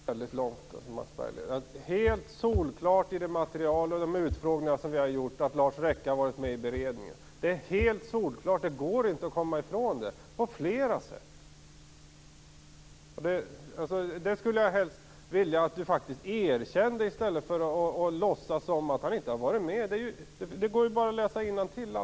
Herr talman! Nu gick Mats Berglind väldigt långt. Det är helt solklart i det material och de utfrågningar vi har gjort att Lars Rekke har varit med i beredningen. Det är helt solklart. Det går inte att komma ifrån det på flera sätt. Jag skulle helst vilja att Mats Berglind erkände det i stället för att låtsas som om han inte har varit med. Det går ju att läsa innantill.